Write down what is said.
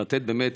לתת באמת,